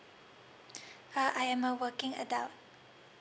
uh I am a working adult